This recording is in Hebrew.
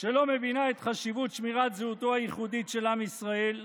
שלא מבינה את חשיבות שמירת זהותו הייחודית של עם ישראל,